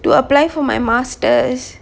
to apply for my masters